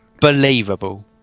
Believable